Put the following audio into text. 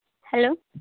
hello